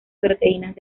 proteínas